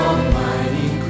Almighty